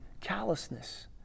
callousness